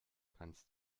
kannst